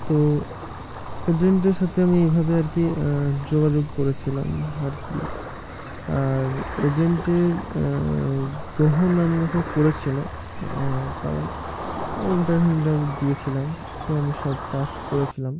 তো এজেন্টের সাথে আমি এভাবে আর কি যোগাযোগ করেছিলাম আর কি আর এজেন্টের গ্রহণ আমি একা করেছিলো কারণ আমি ইন্টারভিউ ইন্টারভিউ দিয়েছিলাম তো আমি সব পাস করেছিলাম